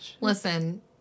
listen